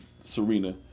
Serena